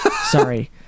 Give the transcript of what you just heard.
Sorry